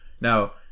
Now